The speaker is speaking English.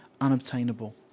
unobtainable